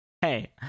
Hey